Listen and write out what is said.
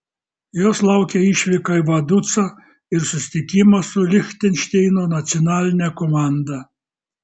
jos laukia išvyka į vaducą ir susitikimas su lichtenšteino nacionaline komanda